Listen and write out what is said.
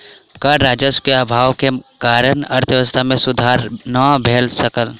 कर राजस्व के अभाव के कारण अर्थव्यवस्था मे सुधार नै भ सकल